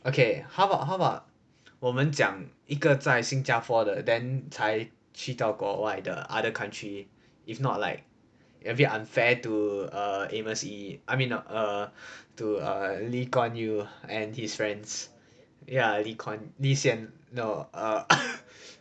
okay how about how about 我们讲一个在新加坡的 then 才去到国外的 other country if not like a bit unfair to err amos yee I mean uh err to err lee kuan yew and his friends ya lee kuan yew lee hsien loong uh